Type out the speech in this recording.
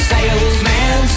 Salesman